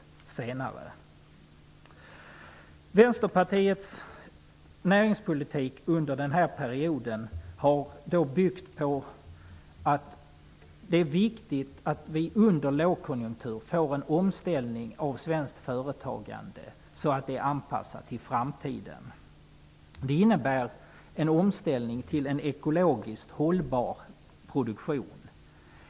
Vänsterpartiets näringspolitik har under den här perioden byggt på tanken att det är viktigt att det under lågkonjunkturer blir en omställning av svenskt företagande så att det anpassas till framtiden. Det skall vara en omställning till en ekologiskt hållbar produktion.